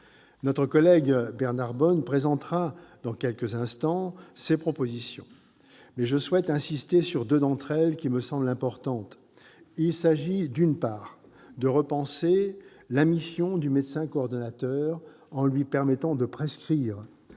Notre collègue Bernard Bonne présentera dans quelques instants ses propositions, mais je souhaite insister sur deux d'entre elles qui me semblent importantes. D'une part, il s'agit de repenser la mission du médecin coordonnateur en lui permettant de prescrire.